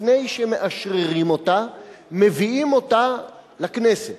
לפני שמאשררים אותה מביאים אותה לכנסת,